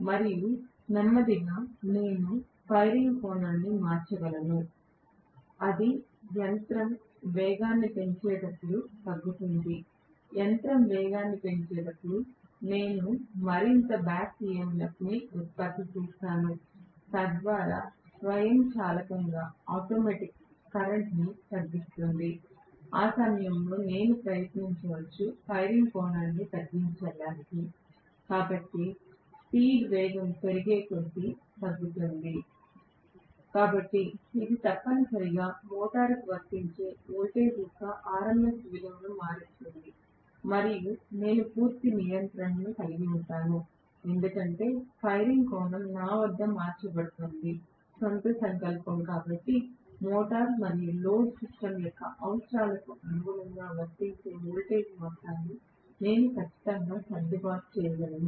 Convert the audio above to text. మరియు నెమ్మదిగా నేను ఫైరింగ్ కోణాన్ని మార్చగలను అది యంత్రం వేగాన్ని పెంచేటప్పుడు తగ్గుతుంది యంత్రం వేగాన్ని పెంచేటప్పుడు నేను మరింత బ్యాక్ EMF ఉత్పత్తి చేస్తాను తద్వారా స్వయంచాలకంగా కరెంట్ను తగ్గిస్తుంది ఆ సమయంలో నేను ప్రయత్నించవచ్చు ఫైరింగ్ కోణాన్ని తగ్గించండి కాబట్టి speed వేగం పెరిగే కొద్దీ తగ్గుతుంది కాబట్టి ఇది తప్పనిసరిగా మోటారుకు వర్తించే వోల్టేజ్ యొక్క RMS విలువను మారుస్తుంది మరియు నేను పూర్తి నియంత్రణను కలిగి ఉంటాను ఎందుకంటే ఫైరింగ్ కోణం నా వద్ద మార్చబడుతోంది సొంత సంకల్పం కాబట్టి మోటారు మరియు లోడ్ సిస్టమ్ యొక్క అవసరాలకు అనుగుణంగా వర్తించే వోల్టేజ్ మొత్తాన్ని నేను ఖచ్చితంగా సర్దుబాటు చేయగలను